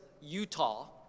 Utah